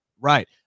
Right